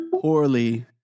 poorly